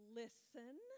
listen